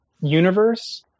universe